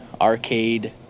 arcade